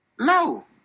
No